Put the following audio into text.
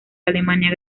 alemania